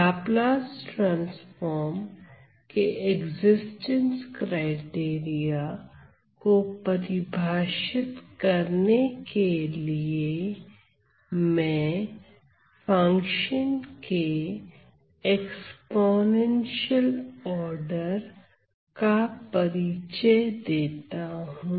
Laplace transform के existence criteria को परिभाषित करने के लिए मैं फंक्शन के एक्स्पोनेंशियल आर्डर का परिचय देता हूं